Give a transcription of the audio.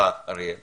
עכשיו